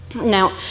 Now